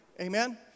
Amen